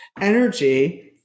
energy